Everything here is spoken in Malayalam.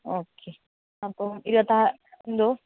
ഓക്കെ അപ്പോള് എന്തോ